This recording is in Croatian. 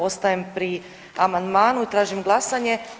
Ostajem pri amandmanu i tražim glasanje.